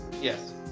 Yes